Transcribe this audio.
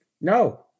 No